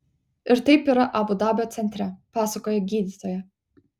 ir taip yra abu dabio centre pasakoja gydytoja